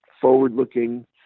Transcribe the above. forward-looking